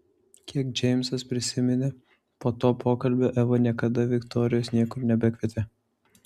kiek džeimsas prisiminė po to pokalbio eva niekada viktorijos niekur nebekvietė